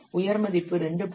உயர் மதிப்பு 2